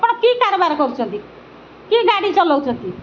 ଆପଣ କି କାରବାର କରୁଛନ୍ତି କି ଗାଡ଼ି ଚଲଉଛନ୍ତି